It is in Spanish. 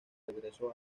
regreso